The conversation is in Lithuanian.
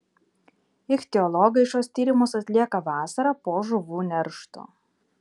ichtiologai šiuos tyrimus atlieka vasarą po žuvų neršto